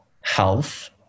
health